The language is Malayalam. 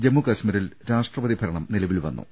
ജമ്മുകശ്മീരിൽ രാഷ്ട്രപതിഭരണം നിലവിൽവന്നു